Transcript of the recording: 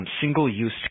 single-use